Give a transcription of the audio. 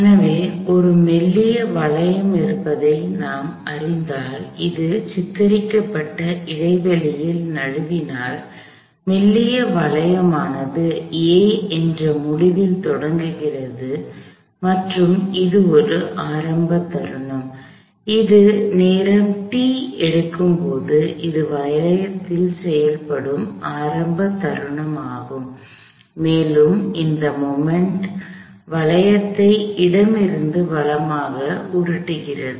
எனவே ஒரு மெல்லிய வளையம் இருப்பதை நாம் அறிந்தால் அது சித்தரிக்கப்பட்ட இடைவெளியில் நழுவினால் மெல்லிய வளையமானது A என்ற முடிவில் தொடங்குகிறது மற்றும் இது ஒரு ஆரம்ப தருணம் அது நேரம் t எடுக்கும் இது வளையத்தில் செயல்படும் ஆரம்ப தருணமாகும் மேலும் இந்த மொமெண்ட் வளையத்தை இடமிருந்து வலமாக உருட்டுகிறது